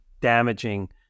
damaging